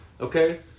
okay